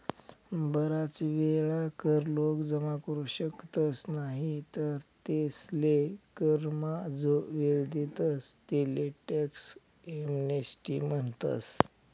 बराच वेळा कर लोक जमा करू शकतस नाही तर तेसले करमा जो वेळ देतस तेले टॅक्स एमनेस्टी म्हणतस